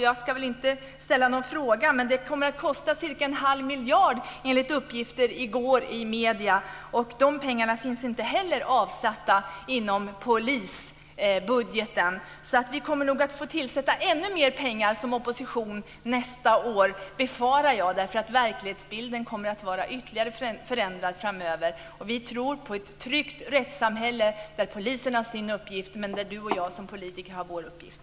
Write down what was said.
Jag ska inte ställa någon fråga om detta, men det kommer att kosta cirka en halv miljard, enligt uppgifter i medierna i går. Dessa pengar finns inte heller avsatta inom polisbudgeten, så vi som opposition kommer nog att få avsätta ännu mer pengar nästa år, befarar jag, därför att verklighetsbilden kommer att bli ytterligare förändrad framöver. Vi tror på ett tryggt rättssamhälle där polisen har sin uppgift, men där Alice Åström och jag som politiker har vår uppgift.